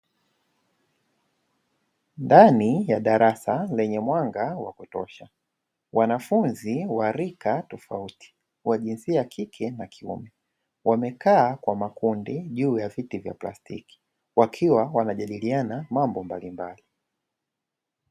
Ndani ya darasa lenye mwanga wa kutosha, wanafunzi wa rika tofauti wa jinsia ya kike na kiume, wamekaa kwa makundi juu ya viti vya plastiki wakiwa wanajadiliana mambo mbalimbali.